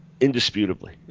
indisputably